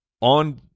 on